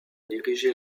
diriger